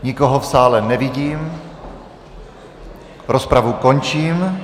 Nikoho v sále nevidím, rozpravu končím.